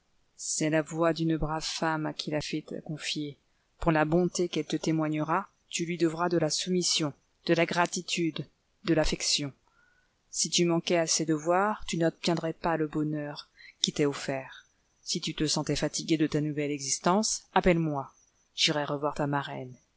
c'est la voix d'une brave femme à qui la fée t'a confiée pour la bonté qu'elle te témoignera tu lui devras de la soumission de la gratitude de l'affection si tu manquais à ces devoirs tu n'obtiendrais pas le bonheur qui t'est offert si tu te sentais fatiguée de ta nouvelle existence appelle-moi j'irai revoir ta marraine